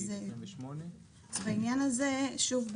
בעניין הזה שוב,